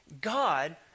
God